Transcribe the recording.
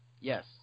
Yes